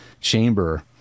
chamber